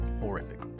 horrific